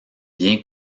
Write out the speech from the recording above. bien